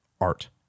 art